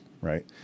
right